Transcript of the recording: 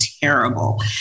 terrible